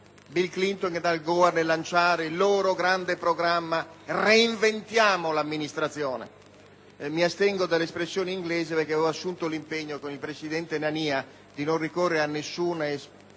Bill Clinton ed Al Gore nel lanciare il loro grande programma «reinventiamo l'amministrazione» (mi astengo dall'espressione inglese perché ho assunto l'impegno con il presidente Nania di non ricorrere ad alcuna espressione